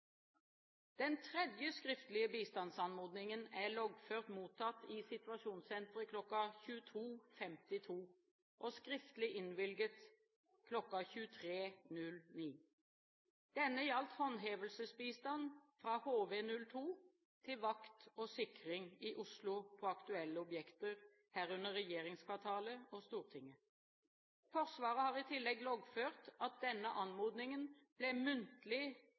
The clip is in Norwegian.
Den tredje skriftlige bistandsanmodningen er loggført mottatt i Situasjonssenteret kl. 22.52, og skriftlig innvilget kl. 23.09. Denne gjaldt håndhevelsesbistand fra HV-02 til vakt og sikring i Oslo på aktuelle objekter, herunder regjeringskvartalet og Stortinget. Forsvaret har i tillegg loggført at denne anmodningen ble mottatt muntlig